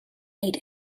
ate